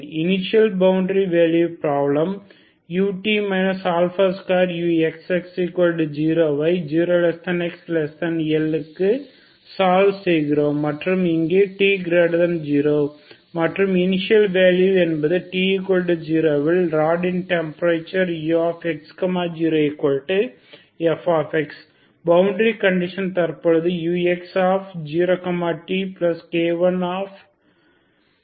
initial boundary value problem ut 2uxx0 ஐ 0xL க்கு solve செய்கிறோம் மற்றும் இங்கு t0 மற்றும் இனிஷியல் வேல்யூ என்பது t0 இல் ராடின் டெம்பரேச்சர் ux0f பவுண்டரி கண்டிஷன் தற்பொழுது ux0tk1u0t0